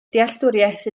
dealltwriaeth